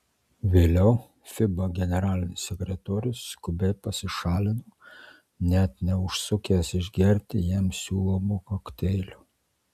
vėliau fiba generalinis sekretorius skubiai pasišalino net neužsukęs išgerti jam siūlomo kokteilio